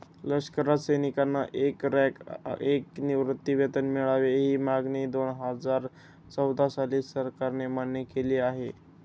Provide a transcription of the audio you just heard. लष्करात सैनिकांना एक रँक, एक निवृत्तीवेतन मिळावे, ही मागणी दोनहजार चौदा साली सरकारने मान्य केली आहे